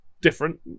different